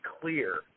clear